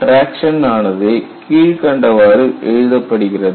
எனவே டிராக்சன் ஆனது கீழ்கண்டவாறு எழுதப்படுகிறது